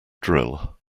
drill